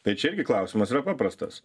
tai čia irgi klausimas yra paprastas